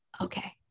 Okay